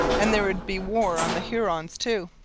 and there would be war on the hurons too.